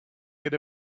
get